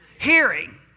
hearing